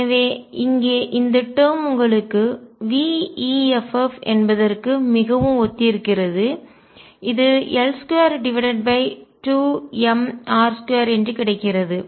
எனவே இங்கே இந்த டேர்ம் உங்களுக்கு veffஎன்பதற்கு மிகவும் ஒத்திருக்கிறது இது l22mr2 என்று கிடைக்கிறது